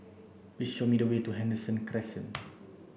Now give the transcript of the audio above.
please show me the way to Henderson Crescent